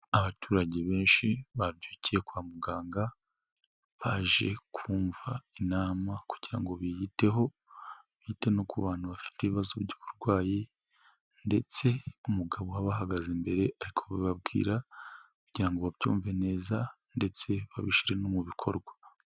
Abaturage benshi babyukiye kwa muganga baje kumva inama kugira ngo biyiteho, bite no ku bantu bafite ibibazo by'uburwayi ndetse umugabo ubahagaze imbere ari kubibabwira kugira ngo babyumve neza ndetse babishyire no mu bikorwa.